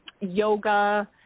yoga